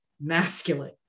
masculine